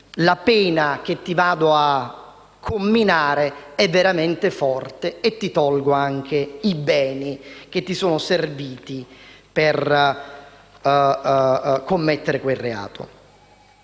la pena che ti vado a comminare è veramente forte e ti tolgo anche i beni che ti sono serviti per commettere quel reato.